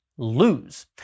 Lose